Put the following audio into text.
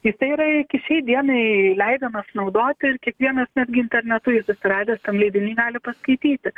jisai yra iki šiai dienai leidžiamas naudoti ir kiekvienas netgi internetu jį susiradęs tam leidiny gali paskaityti